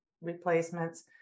replacements